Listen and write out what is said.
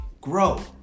grow